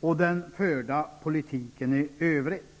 och den förda politiken i övrigt.